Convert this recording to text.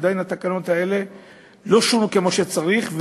עדיין התקנות האלה לא שונו כמו שצריך,